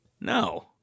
No